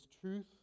truth